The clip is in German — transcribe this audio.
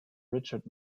richard